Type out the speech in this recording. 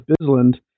Bisland